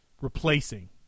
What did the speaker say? replacing